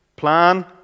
plan